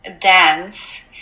dance